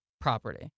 property